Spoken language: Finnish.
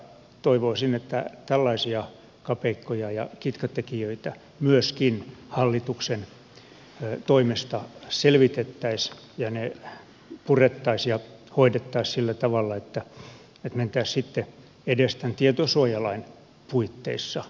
toivoisin että tällaisia kapeikkoja ja kitkatekijöitä myöskin hallituksen toimesta selvitettäisiin ja ne purettaisiin ja hoidettaisiin sillä tavalla että mentäisiin sitten edes tämän tietosuojalain puitteissa